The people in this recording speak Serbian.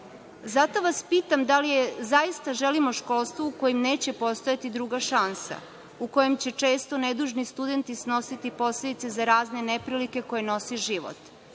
vas pitam da li zaista želimo školstvo u kojem neće postojati druga šansa, u kojem će često nedužni studenti snositi posledice za razne neprilike koje nosi život?